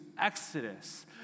Exodus